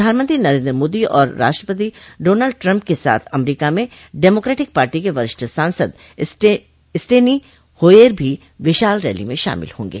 प्रधानमंत्री नरेन्द्र मोदी और राष्ट्रपति डोनल्ड ट्रम्प के साथ अमरीका में डेमोक्रेटिक पार्टी के वरिष्ठ सांसद स्टेनी होयेर भी विशाल रैली में शामिल होंगे